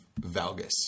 valgus